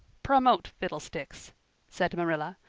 promote fiddlesticks! said marilla,